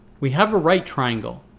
we have a right triangle.